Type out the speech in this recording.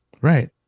Right